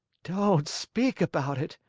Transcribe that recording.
don't speak about it,